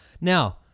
Now